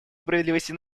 справедливости